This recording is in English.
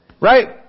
Right